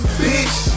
bitch